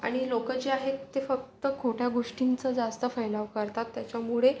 आणि लोकं जे आहेत ते फक्त खोट्या गोष्टींचं जास्त फैलाव करतात त्याच्यामुळे